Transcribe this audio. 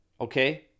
Okay